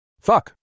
Fuck